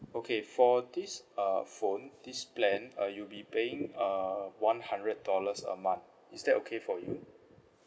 okay for this uh phone this plan uh you'll be paying uh one hundred dollars a month is that okay for you